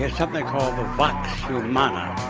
there's something they call the vox humana,